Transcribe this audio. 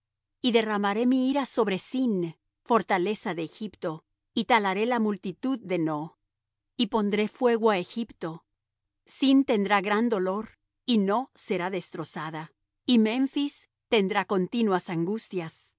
y derramaré mi ira sobre sin fortaleza de egipto y talaré la multitud de no y pondré fuego á egipto sin tendrá gran dolor y no será destrozada y memphis tendrá continuas angustias